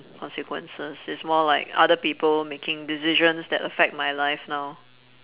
consequences it's more like other people making decisions that affect my life now